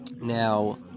Now